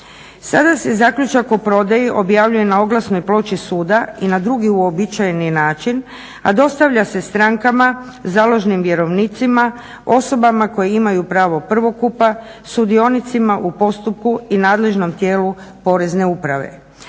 Sada se zaključak o prodaji objavljuje na oglasnoj ploči suda i na drugi uobičajeni način, a dostavlja se strankama založnim vjerovnicima, osobama koje imaju pravo prvokupa, sudionicima u postupku i nadležnom tijelu Porezne uprave.